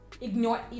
ignore